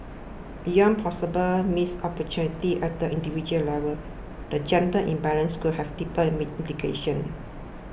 beyond possible missed opportunities at the individual level the gender imbalance could have deeper indications